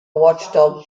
watchdog